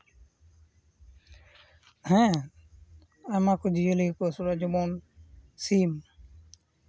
ᱦᱮᱸ ᱟᱭᱢᱟ ᱠᱚ ᱡᱤᱭᱟᱹᱞᱤ ᱜᱮᱠᱚ ᱟᱹᱥᱩᱞᱚᱜᱼᱟ ᱡᱮᱢᱚᱱ ᱥᱤᱢ